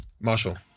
Marshall